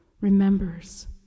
remembers